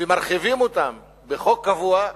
ומרחיבים אותם בחוק קבוע,